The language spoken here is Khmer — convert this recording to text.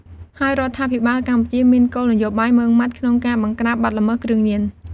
ហើយរដ្ឋាភិបាលកម្ពុជាមានគោលនយោបាយម៉ឺងម៉ាត់ក្នុងការបង្ក្រាបបទល្មើសគ្រឿងញៀន។